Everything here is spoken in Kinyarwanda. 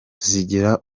zigira